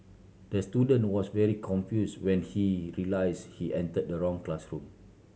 the student was very confused when he realised he entered the wrong classroom